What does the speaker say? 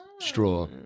straw